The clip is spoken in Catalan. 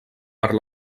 per